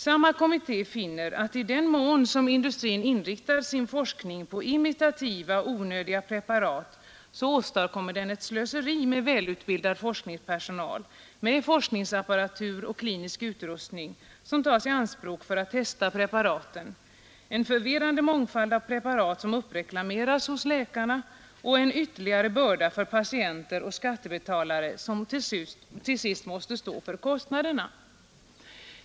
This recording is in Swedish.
Samma kommitté finner att i den mån som industrin inriktar sin forskning på imitativa, onödiga preparat åstadkommer den ett slöseri med välutbildad forskningspersonal, med forskningsapparatur och klinisk utrustning som tas i anspråk för att testa preparaten, en förvirrande mångfald av preparat som uppreklameras hos läkarna och en ytterligare börda för patienter och skattebetalare, som till sist måste stå för kostnaderna.